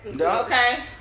Okay